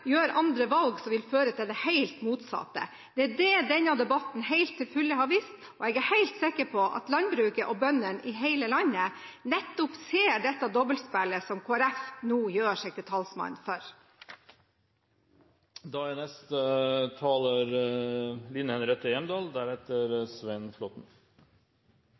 gjør andre valg som vil føre til det helt motsatte – det er det denne debatten har vist til fulle. Jeg er helt sikker på at landbruket og bøndene i hele landet ser dette dobbeltspillet som Kristelig Folkeparti nå gjør seg til talsmann for. Det er